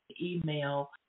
email